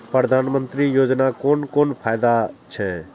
प्रधानमंत्री योजना कोन कोन फायदा छै?